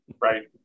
Right